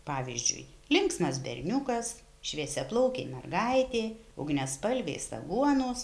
pavyzdžiui linksmas berniukas šviesiaplaukė mergaitė ugniaspalvės aguonos